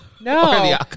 No